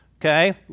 okay